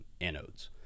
anodes